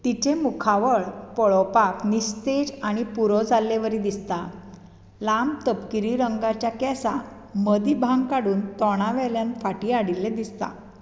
तिचें मुखावळ पळोवपाक निस्तेज आनी पुरो जाल्ले वरी दिसता लांब तपकिरी रंगाच्या केंसां मदीं भांग काडून तोंडावेल्यान फाटीं हाडिल्लें दिसता